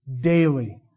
daily